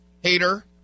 hater